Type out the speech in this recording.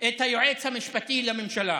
את היועץ המשפטי לממשלה.